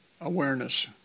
awareness